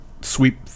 sweep